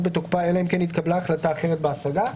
בתוקפה אלא אם כן התקבלה החלטה אחרת בהשגה,